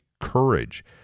courage